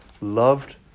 loved